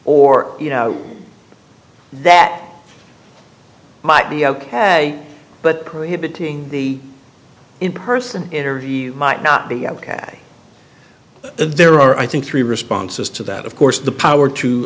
or you know that might be ok but prohibiting the in person interview might not be ok there are i think three responses to that of course the